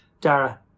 Dara